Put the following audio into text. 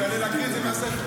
הוא יעלה להקריא את זה מהספר.